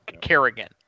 Kerrigan